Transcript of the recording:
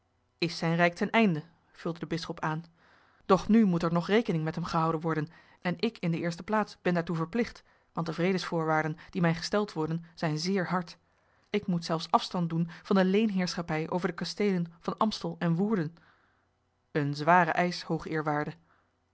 is zijn rijk ten einde vulde de bisschop aan doch nu moet er nog rekening met hem gehouden worden en ik in de eerste plaats ben daartoe verplicht want de vredesvoorwaarden die mij gesteld worden zijn zeer hard ik moet zelfs afstand doen van de leenheerschappij over de kasteelen van amstel en woerden een zware